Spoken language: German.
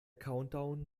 countdown